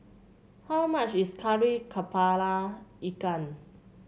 how much is Kari kepala Ikan